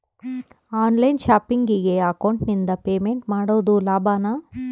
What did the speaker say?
On line ಶಾಪಿಂಗಿಗೆ ಅಕೌಂಟಿಂದ payment ಮಾಡೋದು ಲಾಭಾನ?